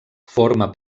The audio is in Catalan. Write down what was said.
forma